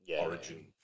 Origin